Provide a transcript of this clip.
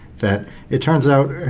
that it turns out,